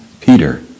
Peter